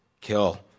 Kill